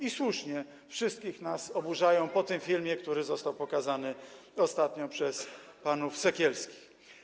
i słusznie, wszystkich nas oburzają po tym filmie, który został pokazany ostatnio przez panów Sekielskich.